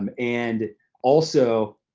um and also,